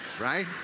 Right